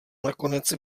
nakonec